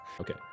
Okay